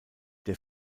der